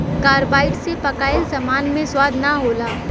carbide से पकाइल सामान मे स्वाद ना होला